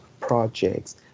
projects